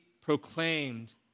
proclaimed